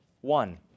one